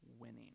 winning